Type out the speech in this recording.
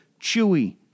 Chewie